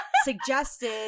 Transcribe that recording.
suggested